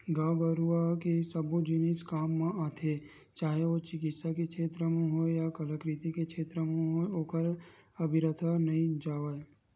गाय गरुवा के सबो जिनिस काम म आथे चाहे ओ चिकित्सा के छेत्र म होय या कलाकृति के क्षेत्र म होय ओहर अबिरथा नइ जावय